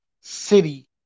city